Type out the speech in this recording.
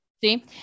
See